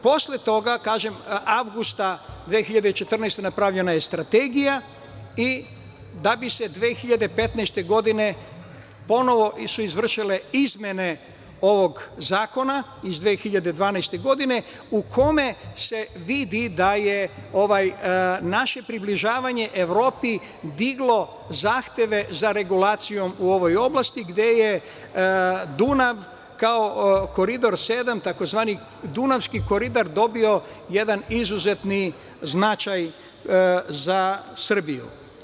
Posle toga, kažem, avgusta 2014. godine, napravljena je strategija, da bi se 2015. godine, ponovo izvršile izmene ovog zakona iz 2012. godine, u kome se vidi da je naše približavanje Evropi diglo zahteve za regulacijom u ovoj oblasti gde je Dunav, kao Koridor sedam, tzv. Dunavski koridor dobio jedan izuzetni značaj za Srbiju.